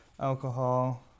alcohol